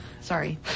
Sorry